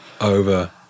over